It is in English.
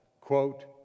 quote